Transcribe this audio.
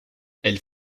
elles